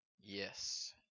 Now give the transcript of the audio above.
Yes